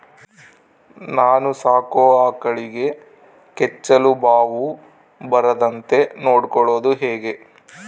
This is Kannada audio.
ನಾನು ಸಾಕೋ ಆಕಳಿಗೆ ಕೆಚ್ಚಲುಬಾವು ಬರದಂತೆ ನೊಡ್ಕೊಳೋದು ಹೇಗೆ?